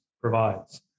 provides